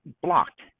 blocked